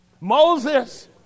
Moses